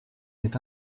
est